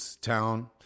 town